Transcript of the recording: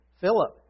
Philip